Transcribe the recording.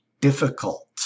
difficult